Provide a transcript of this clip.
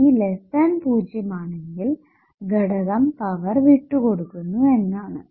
P 0 ആണെങ്കിൽ ഘടകം power വിട്ടുകൊടുക്കുന്നു എന്നാണു